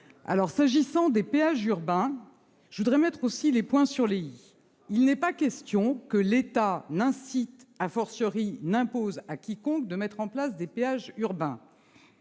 S'agissant des péages urbains, je voudrais mettre les points sur les i. Il n'est pas question que l'État incite quiconque à mettre en place des péages urbains,